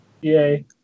yay